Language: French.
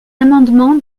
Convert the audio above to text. amendement